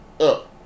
up